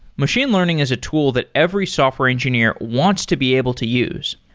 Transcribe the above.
machine learning is a tool that every software engineer wants to be able to use.